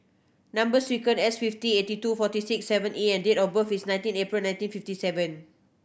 number sequence S fifty eighty two forty six seven E and date of birth is nineteen April nineteen fifty seven